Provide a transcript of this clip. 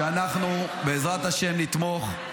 אנחנו בעזרת השם נתמוך.